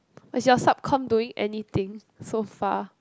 but is your subcomm doing any thing so far